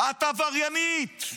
את עבריינית.